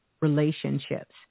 relationships